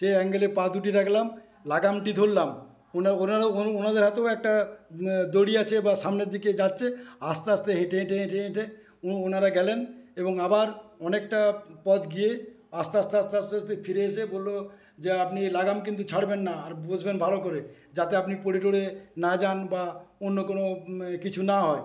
সেই অ্যাঙ্গেলে পা দুটি রাখলাম লাগামটি ধরলাম ওনাদের হাতেও একটা দড়ি আছে বা সামনের দিকে যাচ্ছে আস্তে আস্তে হেঁটে হেঁটে হেঁটে হেঁটে ওনারা গেলেন এবং আবার অনেকটা পথ গিয়েই আস্তে আস্তে আস্তে আস্তে ফিরে এসে বললো যে আপনি লাগাম কিন্তু ছাড়বেন না আর বসবেন ভালো করে যাতে আপনি পরে টরে না যান বা অন্য কোনো কিছু না হয়